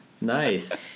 Nice